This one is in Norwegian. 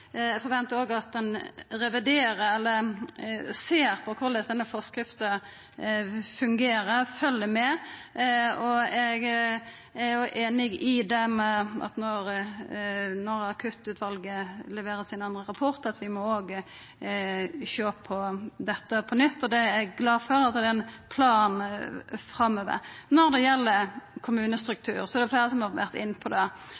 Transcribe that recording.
Eg forventar òg at ein ser på korleis denne forskrifta fungerer, at ein følgjer med. Eg er einig i at når Akuttutvalet leverer sin andre rapport, må vi sjå på dette på nytt, og eg er glad for at det er ein plan framover. Når det gjeld kommunestruktur, er det fleire som har vore inne på det.